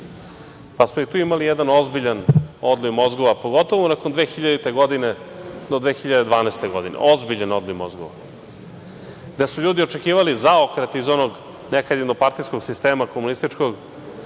Tu smo imali jedan ozbiljan odliv mozgova, pogotovo nakon 2000. godine do 2012. godine. Ozbiljan odliv mozgova. Ljudi su očekivali zaokret iz onog nekad jednopartijskog sistema, komunističkog,